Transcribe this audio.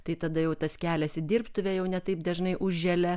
tai tada jau tas keliasi į dirbtuvę jau ne taip dažnai užželia